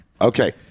Okay